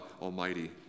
almighty